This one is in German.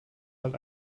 halt